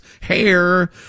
hair